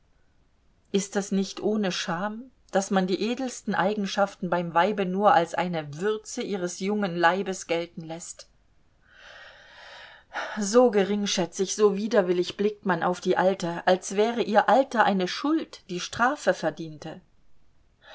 ist das nicht ohne scham daß man die edelsten eigenschaften beim weibe nur als eine würze ihres jungen leibes gelten läßt so geringschätzig so widerwillig blickt man auf die alte als wäre ihr alter eine schuld die strafe verdiente